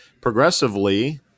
progressively –